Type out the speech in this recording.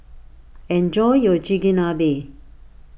enjoy your Chigenabe